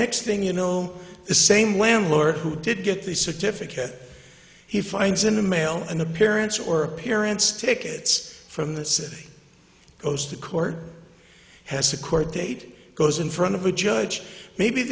next thing you know the same land lord who did get the certificate he finds in the mail and the parents or parents tickets from the city goes to court has a court date goes in front of a judge maybe